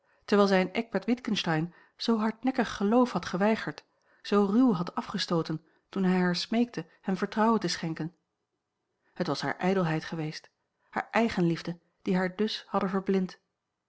terwijl zij een eckbert witgensteyn zoo hardnekkig geloof had geweigerd zoo ruw had afgestooten toen hij haar smeekte hem vertrouwen te schenken het was hare ijdelheid geweest hare eigenliefde die haar dus hadden verblind